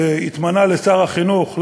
שהתמנה לשר החינוך,